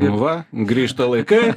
nu va grįžta laikai